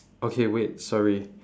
okay wait sorry